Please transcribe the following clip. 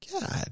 God